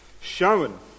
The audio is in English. shown